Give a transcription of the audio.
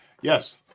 Yes